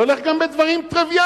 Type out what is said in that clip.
זה הולך גם בדברים טריוויאליים.